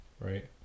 right